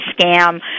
scam